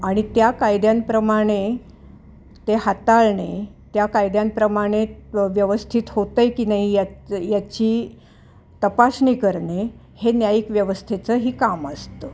आणि त्या कायद्यांप्रमाणे ते हाताळणे त्या कायद्यांप्रमाणे व्य व्यवस्थित होत आहे की नाही याच याची तपासणी करणे हे न्यायिक व्यवस्थेचंही काम असतं